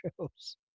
shows